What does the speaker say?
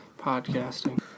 Podcasting